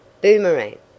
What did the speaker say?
Boomerang